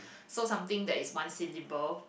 so something that is one syllable